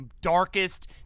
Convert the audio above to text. darkest